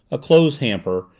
a clothes hamper,